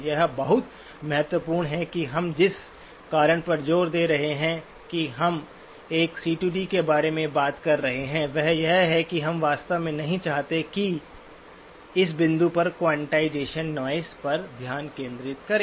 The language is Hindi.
यह बहुत महत्वपूर्ण है कि हम जिस कारण पर जोर दे रहे हैं कि हम एक सीडी CD के बारे में बात कर रहे हैं वह यह है कि हम वास्तव में नहीं चाहते हैं इस बिंदु पर क्वांटाइजेशन नॉइज़ पर ध्यान केंद्रित करें